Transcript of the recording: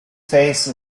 face